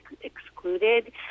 excluded